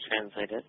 translated